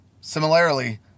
Similarly